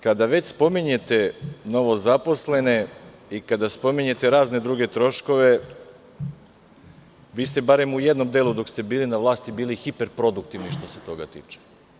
Kada već spominjete novozaposlene, i kada spominjete razne druge troškove, vi ste barem u jednom delu dok ste bili na vlasti bili hiper produktivni što se toga tiče.